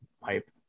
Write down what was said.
pipe